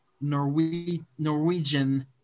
Norwegian